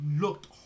looked